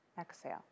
exhale